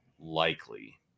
likely